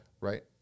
Right